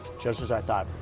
just as i thought,